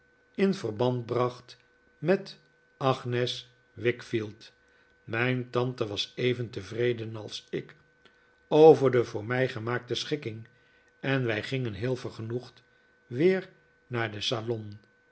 in verb and bracht met agnes wickfield mijn tante was even tevreden als ik over de voor mij gemaakte schikking en wij gingen heel vergenoegd weer naar den salon